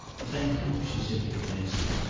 thank you, she simply answered.